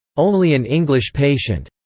only an english patient.